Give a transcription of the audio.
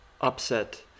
upset